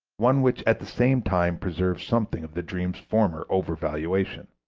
one which at the same time preserves something of the dream's former over-valuation.